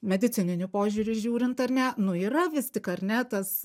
medicininiu požiūriu žiūrint ar ne nu yra vis tik ar ne tas